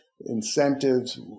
incentives